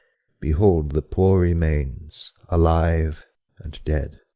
behold the poor remains, alive and dead!